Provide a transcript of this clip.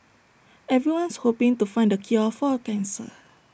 everyone's hoping to find the cure for cancer